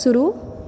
शुरू